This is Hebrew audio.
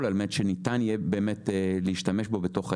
על מנת שניתן יהיה להשתמש בו בתוך העיר.